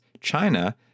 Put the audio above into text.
China